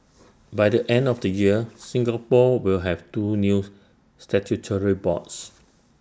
by the end of the year Singapore will have two news statutory boards